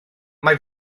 mae